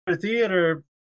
Theater